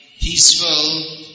peaceful